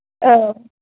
औ